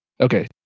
Okay